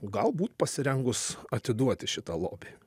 galbūt pasirengus atiduoti šitą lobį